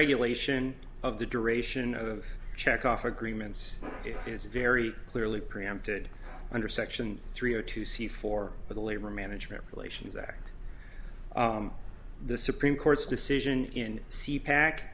regulation of the duration of checkoff agreements is very clearly preempted under section three zero two c for the labor management relations act the supreme court's decision in c pack